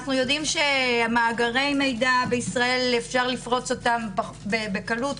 אנו יודעים שמאגרי המידע בישראל אפשר לפרוץ אותם בקלות,